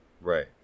Right